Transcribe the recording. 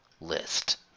list